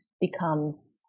becomes